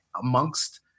amongst